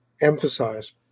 emphasize